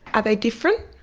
are they different?